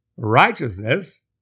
Righteousness